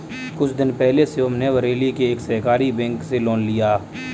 कुछ दिन पहले शिवम ने बरेली के एक सहकारी बैंक से लोन लिया